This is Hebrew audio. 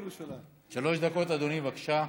שלוש דקות, אדוני, בבקשה.